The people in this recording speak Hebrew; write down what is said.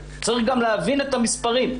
צריך גם להבין את המספרים.